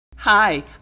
Hi